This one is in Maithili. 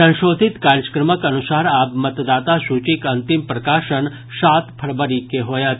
संशोधित कार्यक्रमक अनुसार आब मतदाता सूचीक अंतिम प्रकाशन सात फरवरी के होयत